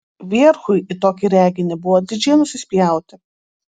vierchui į tokį reginį buvo didžiai nusispjauti